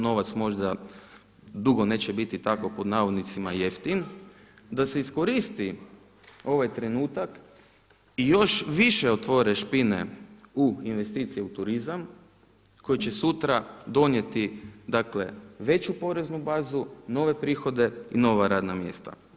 Novac možda dugo neće biti tako pod navodnicima jeftin, da se iskoristi ovaj trenutak i još više otvore špine u investicije u turizam koji će sutra donijeti veću poreznu bazu, nove prihode i nova radna mjesta.